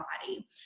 body